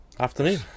Afternoon